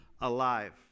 alive